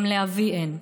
גם לאבי אין.